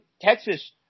Texas